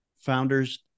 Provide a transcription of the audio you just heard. founders